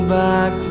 back